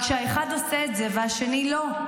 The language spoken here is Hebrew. רק שהאחד עושה את זה והשני לא.